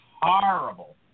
horrible